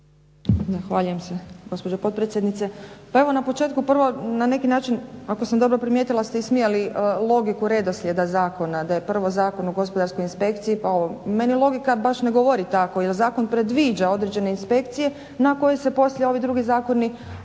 Zahvaljujem se gospođo potpredsjednice. Pa evo na početku prvo na neki način ako sam dobro primijetila ste ismijali logiku redoslijeda zakona, da je prvo Zakon o Gospodarskoj inspekciji pa ovo. Meni logika baš ne govori tako jer zakon predviđa određene inspekcije na koje se poslije ovi drugi zakoni